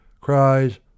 cries